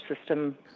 system